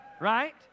Right